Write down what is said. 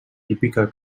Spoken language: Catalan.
típica